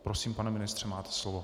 Prosím, pane ministře, máte slovo.